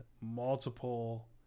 multiple